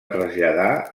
traslladar